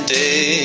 day